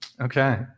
Okay